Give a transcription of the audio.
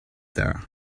there